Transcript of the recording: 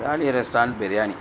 restaurant biryani